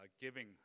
giving